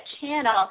channel